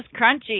crunchy